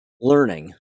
learning